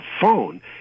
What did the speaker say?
phone